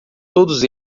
todos